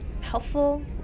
helpful